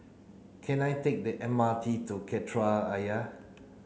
can I take the M R T to Kreta Ayer